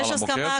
יש הסכמה,